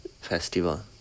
Festival